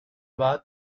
bath